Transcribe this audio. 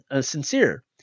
sincere